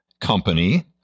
company